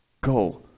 go